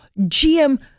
GM